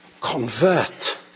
convert